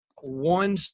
one